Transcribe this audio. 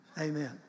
Amen